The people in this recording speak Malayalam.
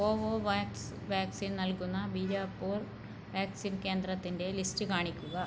കോവോവാക്സ് വാക്സിൻ നൽകുന്ന ബീരാപൂർ വാക്സിൻ കേന്ദ്രത്തിൻ്റെ ലിസ്റ്റ് കാണിക്കുക